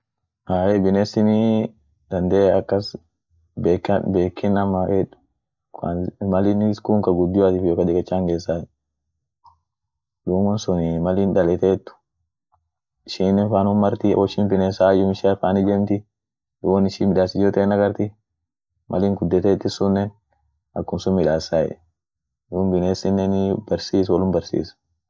ahey binesinii dandee akas beka-bekin namaed kwanz-mal in iskun ka gudioatif kadikecha hingesa, duum won sunii malin daletet ishinen fanun marti woishin binesa ayum ishia fan ijemti ,duum woin ishin midasit yoote hindagarti mal in gudetet isunen akum sun midasay, duum binesineni barsis wolum barsis.